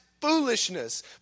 foolishness